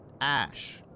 Ash